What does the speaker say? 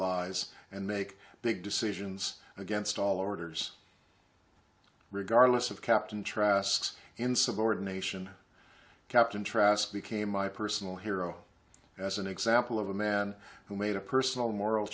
lies and make big decisions against all orders regardless of captain trask's insubordination captain trask became my personal hero as an example of a man who made a personal moral